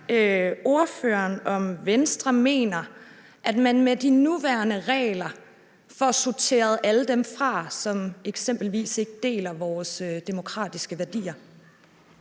ordføreren, om Venstre mener, at man med de nuværende regler får sorteret alle dem fra, som eksempelvis ikke deler vores demokratiske værdier?